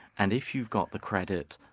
and if you've got the credit,